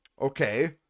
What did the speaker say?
okay